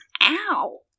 Ow